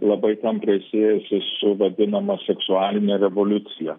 labai tampriai siejasi su vadinama seksualine revoliucija